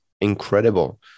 incredible